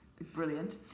Brilliant